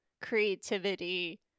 creativity